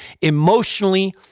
emotionally